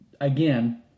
Again